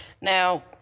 Now